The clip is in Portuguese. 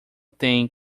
tem